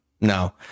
No